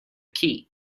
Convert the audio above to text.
key